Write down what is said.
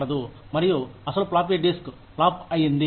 మరియు అసలు floppy disk flop అయ్యింది